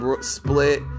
split